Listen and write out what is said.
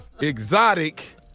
Exotic